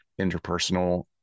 interpersonal